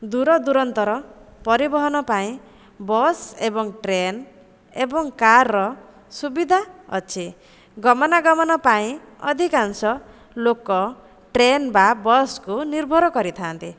ଦୂରଦୂରାନ୍ତର ପରିବହନ ପାଇଁ ବସ୍ ଏବଂ ଟ୍ରେନ ଏବଂ କାରର ସୁବିଧା ଅଛି ଗମନାଗମନ ପାଇଁ ଅଧିକାଂଶ ଲୋକ ଟ୍ରେନ ବା ବସକୁ ନିର୍ଭର କରିଥାନ୍ତି